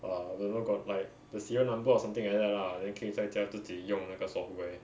err don't know got like the serial number or something like that lah then 可以在家自己用那个 software